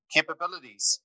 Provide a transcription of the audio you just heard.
Capabilities